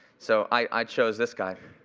so i chose this guy.